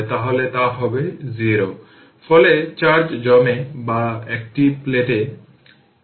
তাহলে সেই ক্ষেত্রে কি হবে এই 2 অ্যাম্পিয়ার কারেন্ট এই ইন্ডাক্টরের মধ্য দিয়ে প্রবাহিত হবে